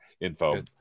info